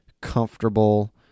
comfortable